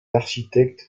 architectes